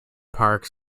park